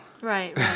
Right